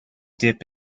dip